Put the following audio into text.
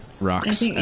rocks